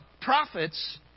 prophets